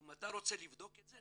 ואם אתה רוצה לבדוק את זה,